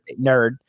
nerd